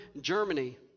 Germany